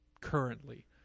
currently